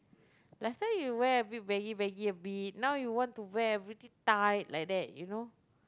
last time you wear a bit baggy baggy a bit now you want to wear pretty tight like that you know